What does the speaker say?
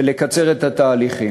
ולקצר את התהליכים.